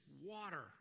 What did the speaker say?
water